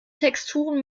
texturen